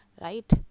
Right